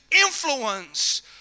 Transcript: influence